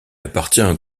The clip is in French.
appartient